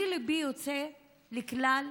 ליבי יוצא אל כלל